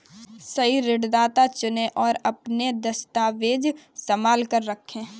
सही ऋणदाता चुनें, और अपने दस्तावेज़ संभाल कर रखें